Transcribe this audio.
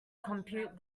compute